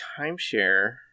timeshare